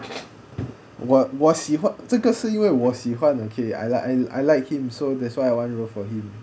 我我喜欢这个是因为我喜欢 okay I like I like it so that's why I want row for it